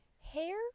hair